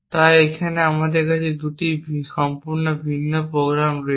তাই এখানে আমাদের কাছে 2টি সম্পূর্ণ ভিন্ন প্রোগ্রাম রয়েছে